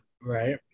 right